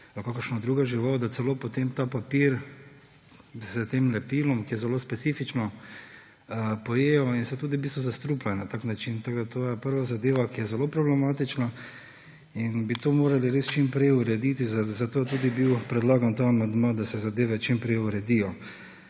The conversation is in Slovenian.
kakršna druga žival, in da celo potem ta papir s tem lepilom, ki je zelo specifično, pojejo in se tudi v bistvu zastrupljajo na tak način. To je prva zadeva, ki je zelo problematična in bi to morali res čim prej urediti, zato je tudi bil predlagan ta amandma, da se zadeve čim prej uredijo.